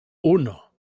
uno